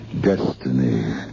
destiny